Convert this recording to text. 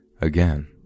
again